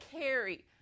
carry